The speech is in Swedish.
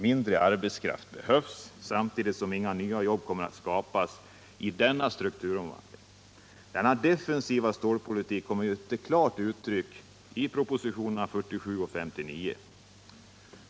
Mindre arbetskraft behövs, samtidigt som inga nya jobb kommer att skapas av denna strukturomvandling. Denna defensiva stålpolitik kommer till klart uttryck i propositionerna 47 och 59.